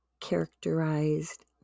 characterized